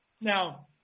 Now